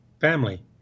family